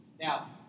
Now